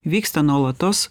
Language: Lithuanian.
vyksta nuolatos